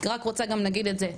רק רוצה להגיד גם את זה.